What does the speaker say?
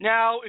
Now